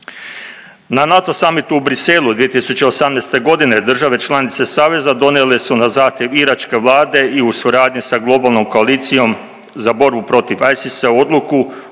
Na NATO summitu u Bruxellesu 2018. godine države članice saveza donijele su na zahtjev iračke vlade i u suradnji sa globalnom koalicijom za borbu protiv ISIS-a, odluku o